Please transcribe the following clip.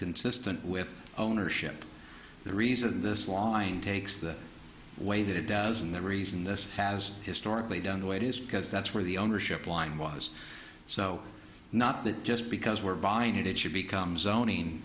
consistent with ownership the reason this law and takes the way that it does and the reason this has historically done the way it is because that's where the ownership line was so not that just because we're buying it it should become zoning